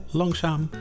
langzaam